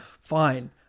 Fine